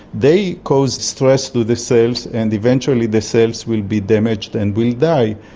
they cause stress to the cells and eventually the cells will be damaged and will die.